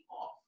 off